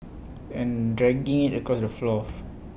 and dragging IT across the floor